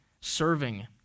serving